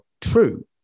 true